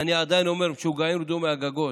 ואני עדיין אומר: משוגעים, רדו מהגגות.